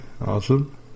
awesome